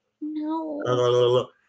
No